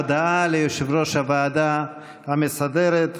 הודעה ליושב-ראש הוועדה המסדרת,